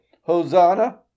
Hosanna